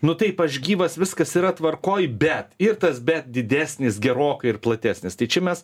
nu taip aš gyvas viskas yra tvarkoj bet ir tas bet didesnis gerokai platesnis tai čia mes